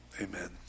amen